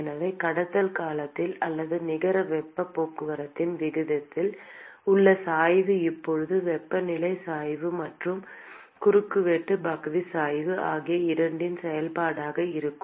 எனவே கடத்தல் காலத்தில் அல்லது நிகர வெப்பப் போக்குவரத்து விகிதத்தில் உள்ள சாய்வு இப்போது வெப்பநிலை சாய்வு மற்றும் குறுக்கு வெட்டு பகுதி சாய்வு ஆகிய இரண்டின் செயல்பாடாக இருக்கும்